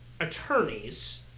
attorneys